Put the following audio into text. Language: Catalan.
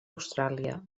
austràlia